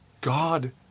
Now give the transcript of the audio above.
God